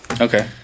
Okay